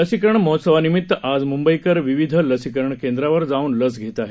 लसीकरण महोत्सवानिमित्त आज मुंबईकर विविध लशीकरण केंद्रांवर जाऊन लस घेत आहेत